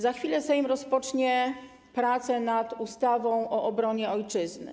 Za chwilę Sejm rozpocznie prace nad ustawą o obronie Ojczyzny.